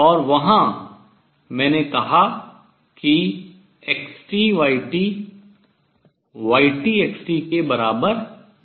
और वहां मैंने कहा कि x y y x के बराबर नहीं है